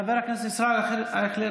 חבר הכנסת ישראל אייכלר,